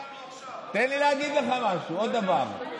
תן לי להגיד לך עוד דבר.